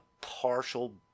partial